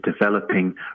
developing